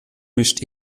mischt